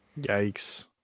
Yikes